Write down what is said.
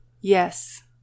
Yes